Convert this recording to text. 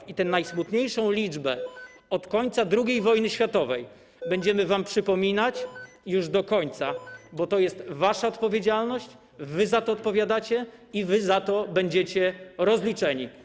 I tę najsmutniejszą liczbę od końca II wojny światowej będziemy wam przypominać już do końca, bo to jest wasza odpowiedzialność, wy za to odpowiadacie i wy za to będziecie rozliczeni.